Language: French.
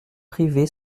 pryvé